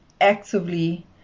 actively